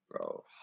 Bro